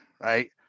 right